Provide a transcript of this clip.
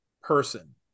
person